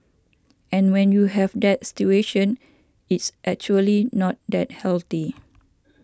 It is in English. and when you have that situation it's actually not that healthy